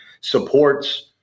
supports –